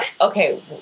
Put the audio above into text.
Okay